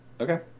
Okay